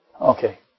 Okay